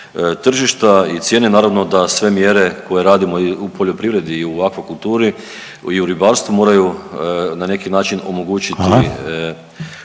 tržišta i cijene naravno da sve mjere koje radimo i u poljoprivredi i u akvakulturi i u ribarstvu moraju na neki način omogućiti